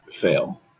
fail